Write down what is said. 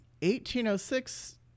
1806